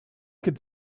could